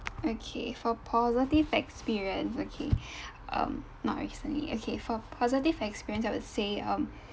okay for positive experience okay um not recently okay for positive experience I would say um